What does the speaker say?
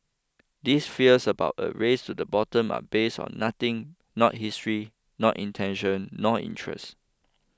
these fears about a race to the bottom are based on nothing not history not intention nor interest